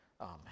Amen